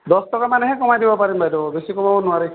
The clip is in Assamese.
দহ টকামানহে কমাই দিব পাৰিম বাইদেউ বেছি কমাব নোৱাৰি